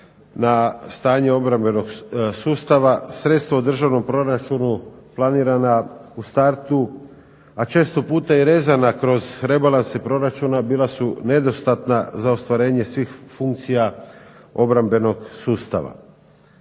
na stanje obrambenog sustava, sredstva u državnom proračunu planirala u startu, a često puta i rezana kroz rebalanse proračuna bila su nedostatna za ostvarenje svih funkcija obrambenog sustava.